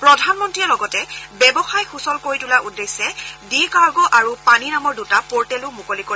প্ৰধানমন্ত্ৰীয়ে লগতে ব্যৱসায় সূচল কৰি তোলাৰ উদ্দেশ্যে ডি কাৰগো আৰু পানী নামৰ দুটা পৰ্টেলো মুকলি কৰিব